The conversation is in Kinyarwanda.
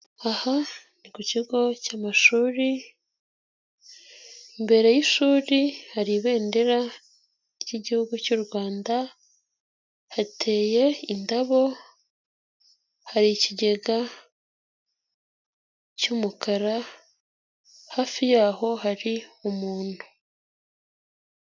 Aha ni ku kigo cy'amashuri, mbere y'ishuri hari ibendera ry'igihugu cy'u Rwanda hateye indabo, hari ikigega cy'umukara, hafi yaho hari umuntu.